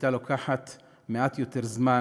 הייתה לוקחת מעט יותר זמן,